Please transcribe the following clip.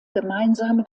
gemeinsame